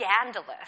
scandalous